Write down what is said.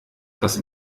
das